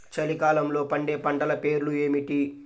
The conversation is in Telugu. చలికాలంలో పండే పంటల పేర్లు ఏమిటీ?